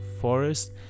forest